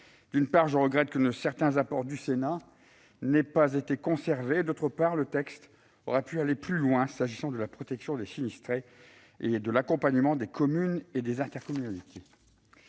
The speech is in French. d'une part, je regrette que certains apports du Sénat n'aient pas été conservés ; d'autre part, j'estime que le texte aurait pu aller plus loin en matière de protection des sinistrés et d'accompagnement des communes et intercommunalités.